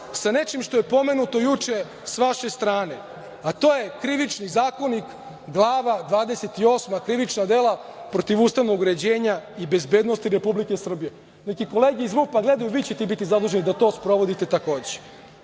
sa nečim što je pomenuto juče sa vaše strane, a to je Krivični zakonik, Glava 28, krivična dela protiv ustavnog uređenja i bezbednosti Republike Srbije, neka i kolege iz MUP-a gledaju, i vi ćete biti zaduženi da to sprovodite, takođe.